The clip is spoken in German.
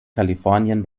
kalifornien